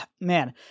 man